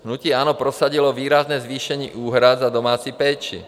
Hnutí ANO prosadilo výrazné zvýšení úhrad za domácí péči.